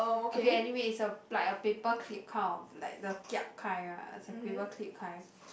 okay anyway it's a like a paperclip kind of like the kiap kind ah it's a paperclip kind